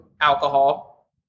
alcohol